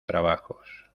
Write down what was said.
trabajos